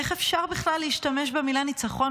איך אפשר בכלל להשתמש במילה "ניצחון",